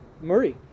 Murray